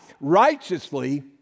righteously